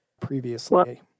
previously